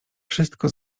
wszystko